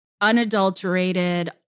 unadulterated